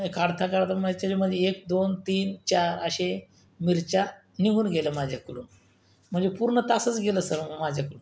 हे काढता काढता माझच्याच्यामध्ये एक दोन तीन चार असे मिरच्या निघून गेल्या माझ्याकडून म्हणजे पूर्ण तासंच गेलं सर्व माझ्याक